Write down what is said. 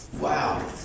wow